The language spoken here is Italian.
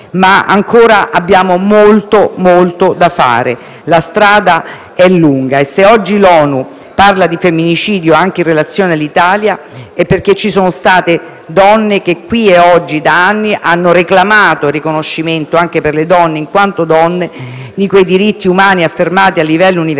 ma ancora abbiamo davvero molto da fare. La strada è lunga e se oggi l'ONU parla di femminicidio anche in relazione all'Italia è perché qui ci sono state donne che per anni hanno reclamato un riconoscimento - anche per le donne in quanto donne - di quei diritti umani affermati a livello universale